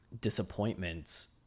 disappointments